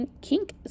kink